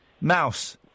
Mouse